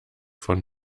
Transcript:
von